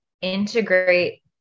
integrate